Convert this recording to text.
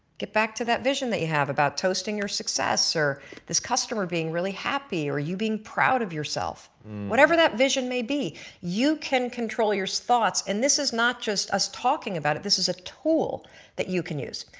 get back to that vision that you have about toasting your success or this customer being really happy or you being proud of yourself. whatever that vision may be you can control your thoughts and this is not just us talking about it, this is a tool that you can use.